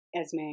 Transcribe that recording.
Esme